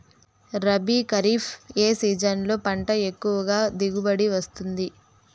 రబీ, ఖరీఫ్ ఏ సీజన్లలో పంట ఎక్కువగా దిగుబడి వస్తుంది